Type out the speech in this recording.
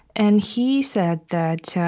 and he said that